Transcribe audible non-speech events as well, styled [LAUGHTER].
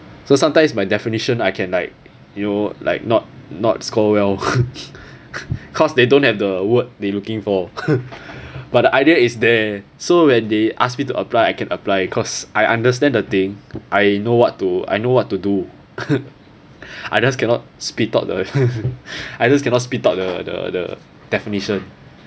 so sometimes by definition I can like you know like not not score well [LAUGHS] cause they don't have the word they looking for [LAUGHS] but the idea is there so when they ask me to apply I can apply cause I understand the thing I know what to I know what to do I just cannot spit out the [LAUGHS] I just cannot spit up the the the definition